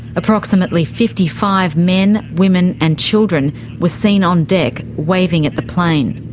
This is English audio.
approximately fifty five men, women and children were seen on deck, waving at the plane.